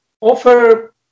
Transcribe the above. offer